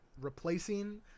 replacing